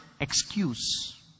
excuse